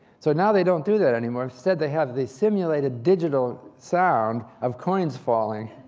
so now they don't do that anymore. instead, they have the simulated digital sound of coins falling.